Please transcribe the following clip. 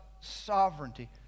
sovereignty